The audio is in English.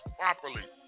properly